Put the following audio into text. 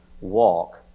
walk